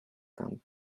camp